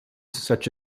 such